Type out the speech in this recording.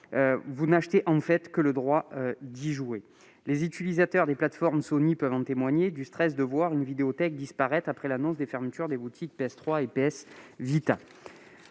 Vous n'achetez en fait que le droit d'y jouer. Les utilisateurs des plateformes Sony peuvent témoigner du stress de voir une vidéothèque disparaître après l'annonce des fermetures des boutiques PS3 et PS Vita.